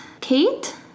Kate